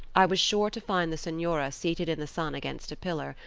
i was sure to find the senora seated in the sun against a pillar,